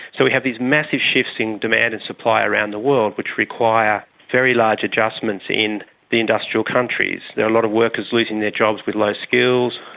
so we have these massive shifts in demand and supply around the world which require very large adjustments in the industrial countries. there are a lot of workers losing their jobs with low skills,